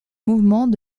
mouvement